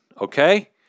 okay